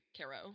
Caro